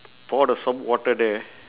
pour the soap water there